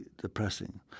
depressing